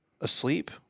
asleep